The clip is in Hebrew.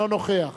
אינו נוכח